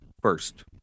first